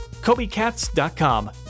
KobeCats.com